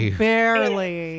barely